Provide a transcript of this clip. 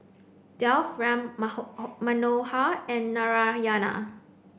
Dev Ram Manohar and Narayana